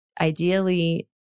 ideally